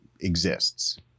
exists